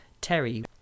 Terry